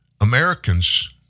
Americans